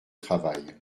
travail